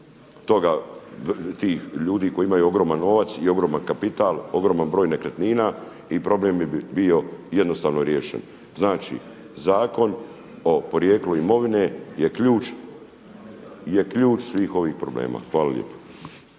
tih ljudi koji imaju ogroman novac i ogroman kapital, ogroman broj nekretnina i problem bi bio jednostavno riješen. Znači Zakon o porijeklu imovine je ključ svih ovih problema. Hvala lijepa.